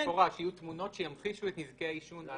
שיהיו תמונות שימחישו את נזקי העישון.